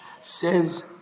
says